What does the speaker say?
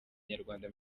nyarwanda